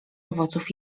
owoców